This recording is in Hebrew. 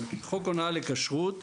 אבל חוק הונאה לכשרות,